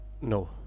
no